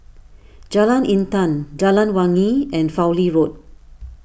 Jalan Intan Jalan Wangi and Fowlie Road